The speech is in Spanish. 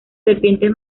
serpientes